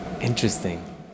Interesting